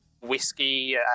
whiskey